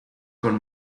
con